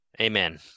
Amen